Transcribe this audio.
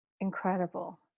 incredible